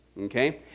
okay